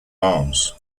arms